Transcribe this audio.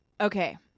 okay